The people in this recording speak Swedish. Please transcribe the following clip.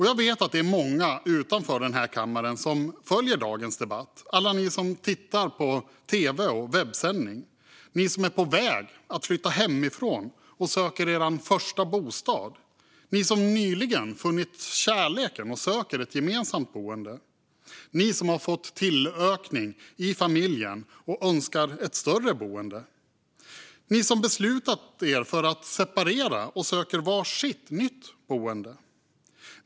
Jag vet att det är många utanför denna kammare som följer dagens debatt. Jag tänker på alla er som tittar via tv och webbsändning. Ni som är på väg att flytta hemifrån och söker er första bostad. Ni som nyligen funnit kärleken och söker ett gemensamt boende. Ni som fått tillökning i familjen och önskar ett större boende. Ni som beslutat er för att separera och söker varsitt nytt boende.